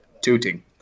tooting